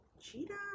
cheetah